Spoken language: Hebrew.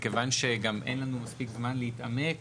מכיוון שגם אין לנו מספיק זמן להתעמק